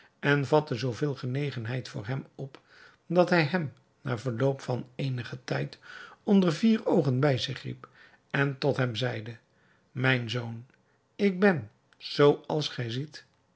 en vatte zooveel genegenheid voor hem op dat hij hem na verloop van eenigen tijd onder vier oogen bij zich riep en tot hem zeide mijn zoon ik ben zoo als gij ziet